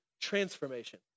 transformation